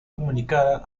comunicada